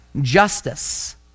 justice